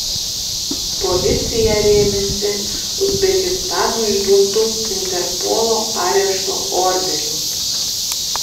policija rėmėsi uzbekistano išduotu interpolo arešto orderiu